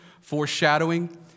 Foreshadowing